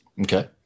Okay